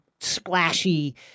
splashy